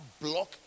block